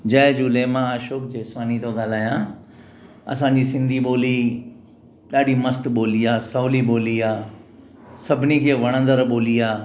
जय झूले मां अशोक जेसवानी तो ॻाल्हायां असांजी सिन्धी ॿोली ॾाढी मस्त ॿोली आहे सवली आ्हे सभिनी खे वणदड़ ॿोली आहे